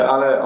Ale